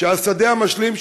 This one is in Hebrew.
שהשדה המשלים,